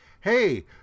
hey